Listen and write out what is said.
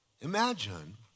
Imagine